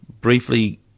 briefly